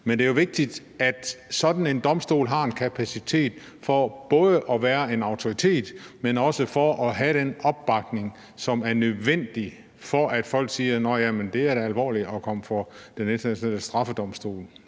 Men det er jo vigtigt, at sådan en domstol har en kapacitet, både for at være en autoritet, men også for at have den opbakning, som er nødvendig, for at folk kan sige, at det er alvorligt at komme for Den Internationale Straffedomstol.